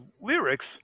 lyrics